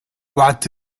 what